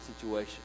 situation